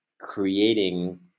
creating